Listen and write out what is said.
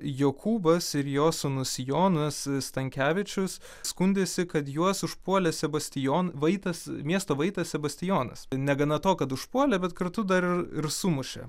jokūbas ir jo sūnus jonas stankevičius skundėsi kad juos užpuolė sebastijon vaitas miesto vaitas sebastijonas negana to kad užpuolė bet kartu dar ir ir sumušė